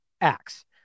acts